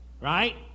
right